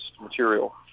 material